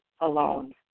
alone